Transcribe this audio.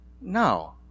No